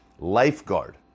lifeguard